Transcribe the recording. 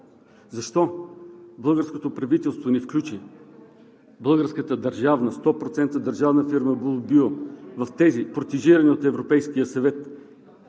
Защо българското правителство не включи българската държавна – 100% държавна фирма Булбио, в тези протежирани от Европейския съвет